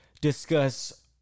discuss